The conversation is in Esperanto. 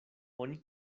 oni